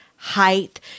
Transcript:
height